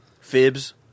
Fibs